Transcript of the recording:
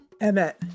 Emmet